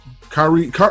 Kyrie